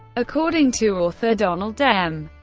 according to author donald m.